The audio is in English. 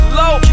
low